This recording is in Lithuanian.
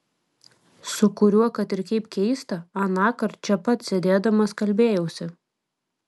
su kuriuo kad ir kaip keista anąkart čia pat sėdėdamas kalbėjausi